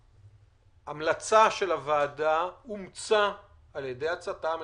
ההמלצה של הוועדה אומצה על ידי הצט”ם,